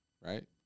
Right